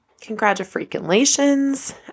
congratulations